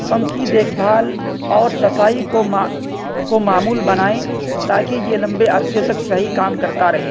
pump کی دیکھ بھال اور صفائی کو کو معمول بنائیں تا کہ یہ لمبے عرصے تک صحیح کام کرتا رہے